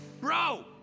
bro